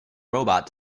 robot